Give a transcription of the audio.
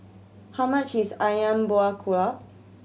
how much is Ayam Buah Keluak